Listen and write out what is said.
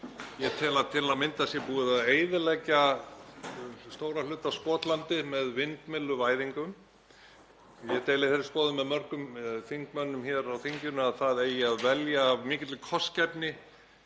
að til að mynda sé búið að eyðileggja stóran hluta af Skotlandi með vindmylluvæðingu. Ég deili þeirri skoðun með mörgum þingmanni hér á þinginu að það eigi að velja af mikilli kostgæfni